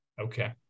Okay